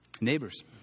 Neighbors